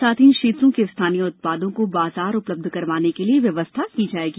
साथ ही इन क्षेत्रों के स्थानीय उत्पादों को बाजार उपलब्ध करवाने के लिए व्यवस्था की जाएगी